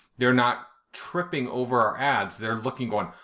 they're not tripping over our ads, they're looking going,